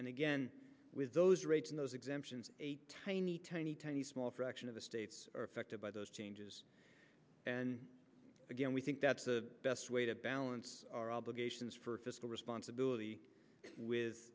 and again with those rates in those exemptions a tiny tiny tiny small fraction of the states are affected by those changes and again we think that's the best way to balance our obligations for fiscal